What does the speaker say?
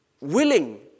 willing